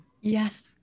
yes